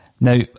Now